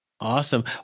Awesome